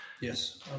yes